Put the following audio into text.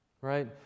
Right